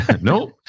Nope